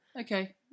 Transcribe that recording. Okay